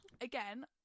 Again